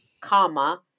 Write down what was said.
comma